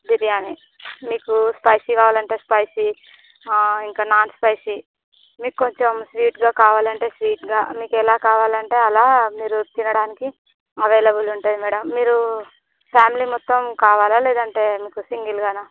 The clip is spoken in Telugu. బిర్యానీ మీకు స్పైసీ కావాలంటే స్పైసీ ఆ ఇంకా నాన్ స్పైసీ మీకు కొంచెం స్వీటుగా కావాలంటే స్వీట్గా మీకు ఎలా కావాలంటే అలా మీరు తినడానికి అవైలబుల్ ఉంటాయి మేడం మీరు ఫ్యామిలీ మొత్తం కావాలా లేదు అంటే సింగిల్గానా